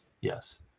yes